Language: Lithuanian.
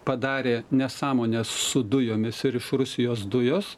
padarė nesąmonę su dujomis ir iš rusijos dujos